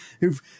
who've